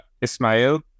Ismail